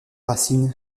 racine